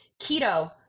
keto